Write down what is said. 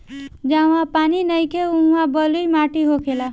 जहवा पानी नइखे उहा बलुई माटी होखेला